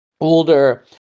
older